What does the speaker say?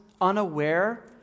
unaware